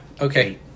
Okay